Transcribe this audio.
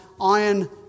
iron